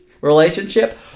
relationship